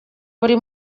buri